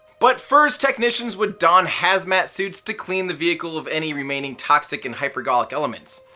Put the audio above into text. but first technicians would don hazmat suits to clean the vehicle of any remaining toxic and hypergolic elements.